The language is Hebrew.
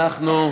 אנחנו,